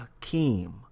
Akeem